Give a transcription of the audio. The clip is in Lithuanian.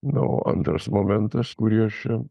na o antras momentas kurį aš čia